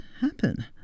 happen